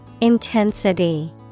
Intensity